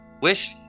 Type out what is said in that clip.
wish